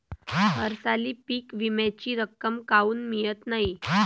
हरसाली पीक विम्याची रक्कम काऊन मियत नाई?